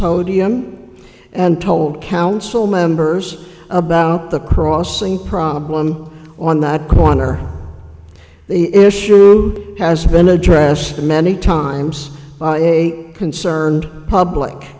podium and told council members about the crossing problem on that corner the issue has been addressed many times by a concerned public